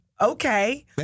okay